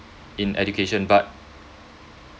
in education but